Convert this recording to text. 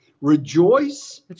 rejoice